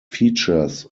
features